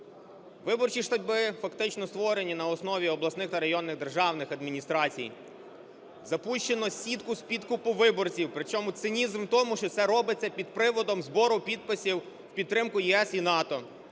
Виборчі штаби фактично створені на основі обласних та районних державних адміністрацій. Запущено сітку з підкупу виборців. Причому цинізм в тому, що це робиться під приводом збору підписів в підтримку ЄС і НАТО.